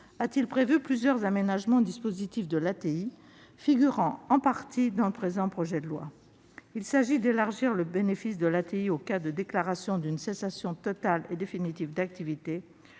a-t-il prévu plusieurs aménagements du dispositif de l'ATI, qui figurent en partie dans le présent projet de loi. Il s'agit d'élargir le bénéfice de l'ATI aux cas de « déclaration de cessation totale et définitive d'activité